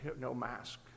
no-mask